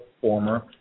former